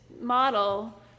model